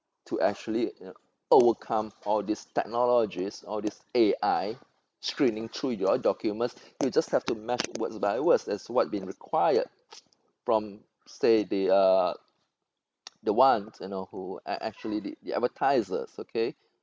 to actually you know overcome all these technologies all these A_I screening through your documents you just have to match words by words as what been required from say they are the ones you know who ac~ actually did the advertisers okay